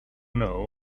know